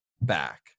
back